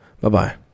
Bye-bye